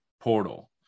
portal